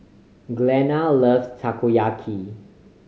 Glenna loves Takoyaki